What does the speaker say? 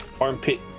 armpit